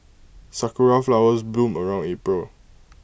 Sakura Flowers bloom around April